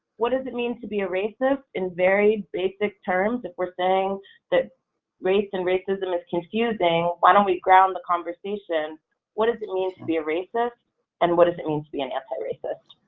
what does it mean to be a racist in very basic terms, if we're saying that race and racism is confusing, why don't we ground the conversation what does it mean to be a racist and what does it mean to be an anti-racist?